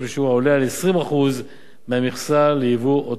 העולה על 20% מהמכסה לייבוא אותו מוצר,